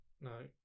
no